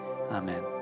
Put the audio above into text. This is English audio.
amen